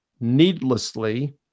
needlessly